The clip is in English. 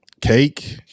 cake